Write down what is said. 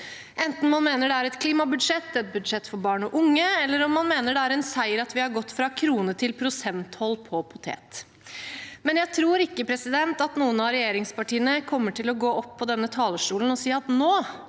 enten man mener det er et klimabudsjett, et budsjett for barn og unge, eller en seier at vi har gått fra krone- til prosenttoll på potet. Likevel tror jeg ikke at noen av regjeringspartiene kommer til å gå opp på denne talerstolen og si at nå